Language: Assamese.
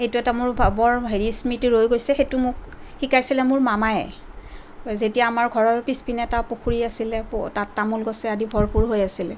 এইটো এটা বৰ হেৰি স্মৃতি ৰৈ গৈছে সেইটো মোক শিকাইছিলে মোৰ মামায়ে যেতিয়া আমাৰ ঘৰৰ পিছপিনে এটা পুখুৰী আছিলে তাত তামোলগছে আদি ভৰপূৰ হৈ আছিলে